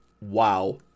Wow